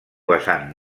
vessant